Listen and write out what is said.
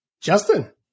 Justin